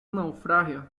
naufragio